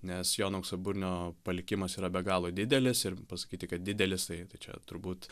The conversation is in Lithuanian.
nes jono auksaburnio palikimas yra be galo didelis ir pasakyti kad didelis tai tai čia turbūt